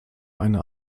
eine